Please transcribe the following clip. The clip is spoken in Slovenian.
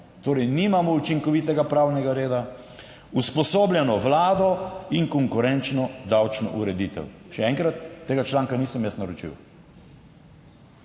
torej nimamo učinkovitega pravnega reda, usposobljeno vlado in konkurenčno davčno ureditev. Še enkrat, tega članka nisem jaz naročil,